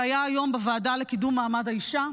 שהיה היום בוועדה לקידום מעמד האישה.